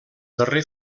darrer